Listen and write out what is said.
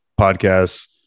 podcasts